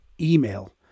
email